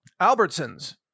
Albertsons